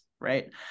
right